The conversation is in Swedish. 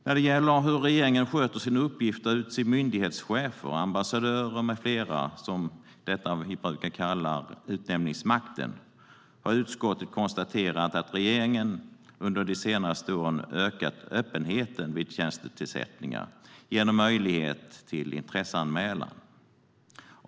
När det gäller hur regeringen sköter sin uppgift att utse myndighetschefer, ambassadörer med flera - det man brukar kalla utnämningsmakten - har utskottet konstaterat att regeringen de senaste åren ökat öppenheten vid tjänstetillsättningar genom möjlighet till intresseanmälan.